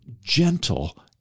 gentle